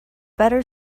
better